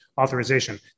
authorization